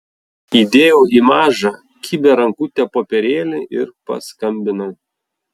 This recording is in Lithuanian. įdėjau į mažą kibią rankutę popierėlį ir paskambinau